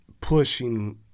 pushing